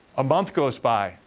a month goes by,